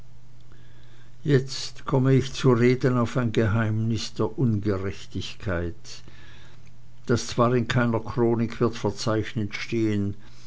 jetzt komme ich zu reden auf ein geheimnis der ungerechtigkeit das zwar in keiner chronik wird verzeichnet stehen